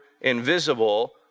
invisible